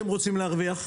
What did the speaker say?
וכמה אתם רוצים להרוויח?